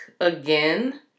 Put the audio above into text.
again